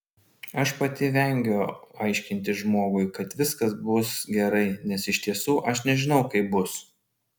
aš pati vengiu aiškinti žmogui kad viskas bus gerai nes iš tiesų aš nežinau kaip bus